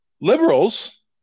liberals